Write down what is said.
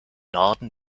norden